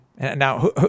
Now